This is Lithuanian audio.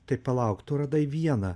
tai palauk tu radai vieną